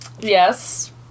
Yes